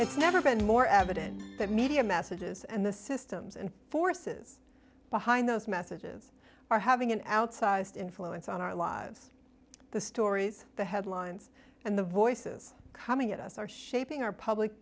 it's never been more evident that media messages and the systems and forces behind those messages are having an outsized influence on our lives the stories the headlines and the voices coming at us are shaping our public